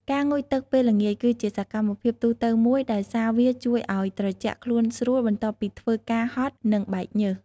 ការងូតទឹកពេលល្ងាចគឺជាសកម្មភាពទូទៅមួយ ដោយសារវាជួយឱ្យត្រជាក់ខ្លួនស្រួលបន្ទាប់ពីធ្វើការហត់ និងបែកញើស។